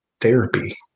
therapy